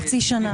חצי שנה.